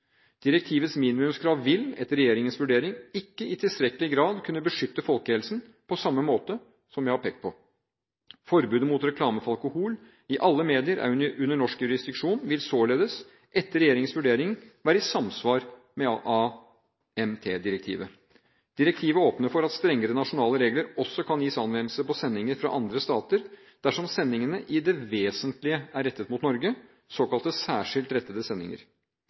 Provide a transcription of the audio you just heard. Direktivets minimumskrav vil, etter regjeringens vurdering, ikke i tilstrekkelig grad kunne beskytte folkehelsen på samme måte, som jeg har pekt på. Forbudet mot reklame for alkohol i alle medier under norsk jurisdiksjon vil således, etter regjeringens vurdering, være i samsvar med AMT-direktivet. Direktivet åpner for at strengere nasjonale regler også kan gis anvendelse på sendinger fra andre stater, dersom sendingene i det vesentlige er rettet mot Norge, såkalt særskilt rettede sendinger.